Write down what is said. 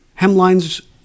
Hemlines